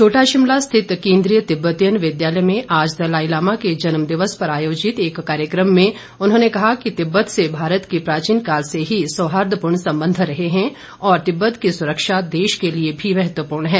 छोटा शिमला स्थित केंद्रीय तिब्बतीयन विद्यालय में आज दलाई लामा के जन्म दिवस पर आयोजित एक कार्यकम में उन्होंने कहा कि तिब्बत से भारत के प्राचीन काल से ही सौहार्दपूर्ण संबंध रहे हैं और तिब्बत की सुरक्षा देश के लिए भी महत्वपूर्ण है